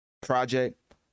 project